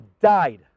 died